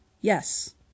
Yes